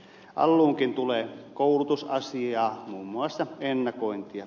alluunkin tulee koulutusasiaa muun muassa ennakointia